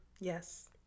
Yes